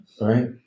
right